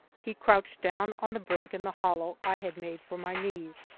he crouched down on the brink in the hollow i had made for my knees,